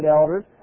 elders